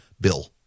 bill